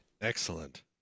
Excellent